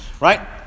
Right